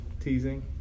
teasing